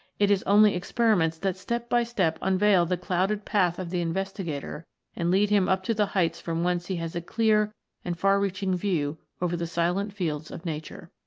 it is only experiments that step by step unveil the clouded path of the investigator and lead him up to the heights from whence he has a clear and far reaching view over the silent fields of nature.